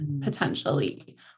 potentially